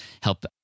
help